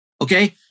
Okay